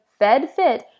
FEDFIT